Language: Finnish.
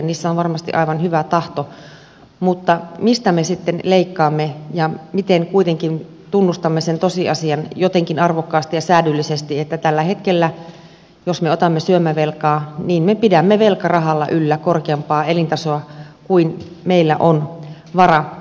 niissä on varmasti aivan hyvä tahto mutta mistä me sitten leikkaamme ja miten kuitenkin tunnustamme sen tosiasian jotenkin arvokkaasti ja säädyllisesti että tällä hetkellä jos me otamme syömävelkaa me pidämme velkarahalla yllä korkeampaa elintasoa kuin mihin meillä on varaa